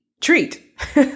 treat